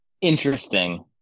interesting